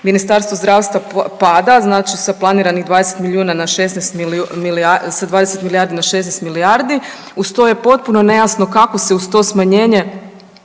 Ministarstvo zdravstva pada znači sa planiranih 20 milijuna na 16, sa 20 milijardi na 16 milijardi, uz to je potpuno nejasno kako se uz to smanjenje